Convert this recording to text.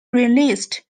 released